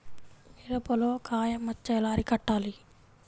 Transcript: మిరపలో కాయ మచ్చ ఎలా అరికట్టాలి?